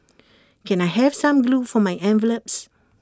can I have some glue for my envelopes